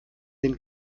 den